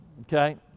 okay